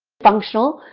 functional,